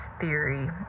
theory